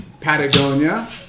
Patagonia